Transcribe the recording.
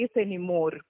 anymore